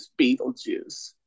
Beetlejuice